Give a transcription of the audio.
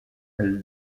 elle